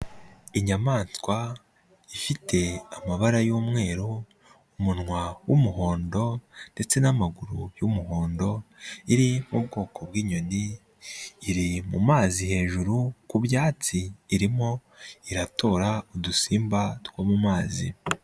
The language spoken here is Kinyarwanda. Inyamaswa ifite amabara y'mweru, umunwa w'umuhondo ndetse n'amaguru y 'umuhondo iri mu bwoko bw'inyoni iri mu mazi hejuru ku byatsi irimo iratora udusimba two mu mazi.